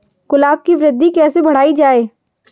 गुलाब की वृद्धि कैसे बढ़ाई जाए?